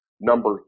Number